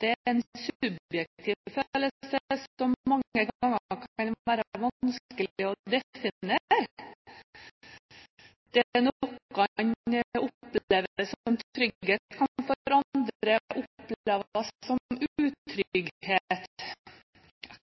trygghetsfølelsen er en subjektiv følelse, som mange ganger kan være vanskelig å definere. Det noen opplever som trygghet, kan for andre oppleves som utrygghet.